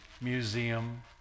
museum